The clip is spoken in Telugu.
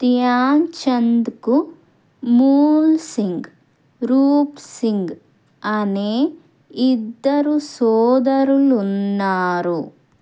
ధ్యాన్ చంద్కు మూల్ సింగ్ రూప్ సింగ్ అనే ఇద్దరు సోదరులు ఉన్నారు